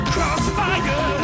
Crossfire